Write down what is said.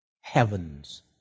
heaven's